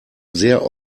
sehr